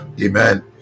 amen